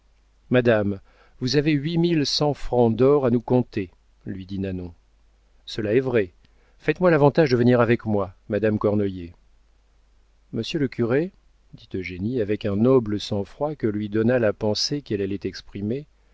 madame vous avez huit mille cent francs d'or à nous compter lui dit nanon cela est vrai faites-moi l'avantage de venir avec moi madame cornoiller monsieur le curé dit eugénie avec un noble sang-froid que lui donna la pensée qu'elle allait exprimer